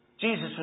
Jesus